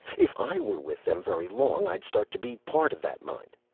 if i were with them very long i'd start to be part of that mind.